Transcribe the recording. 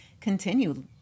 continue